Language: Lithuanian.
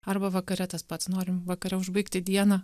arba vakare tas pats norim vakare užbaigti dieną